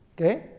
Okay